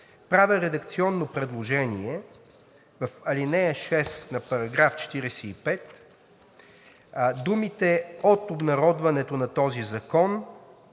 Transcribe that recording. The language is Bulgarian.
правя редакционно предложение в ал. 6 на § 45 думите „от обнародването на този закон“